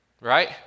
right